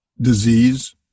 disease